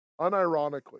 unironically